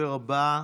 הדובר הבא,